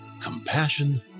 compassion